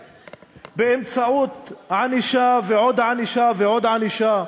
באמצעות ענישה ועוד ענישה ועוד ענישה.